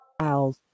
I'll-